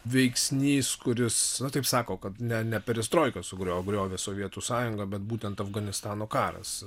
veiksnys kuris taip sako kad ne ne perestroika sugrio griovė sovietų sąjungą bet būtent afganistano karas